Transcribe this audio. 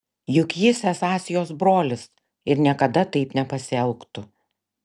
juk jis esąs jos brolis ir niekada taip nepasielgtų